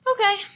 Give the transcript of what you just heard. Okay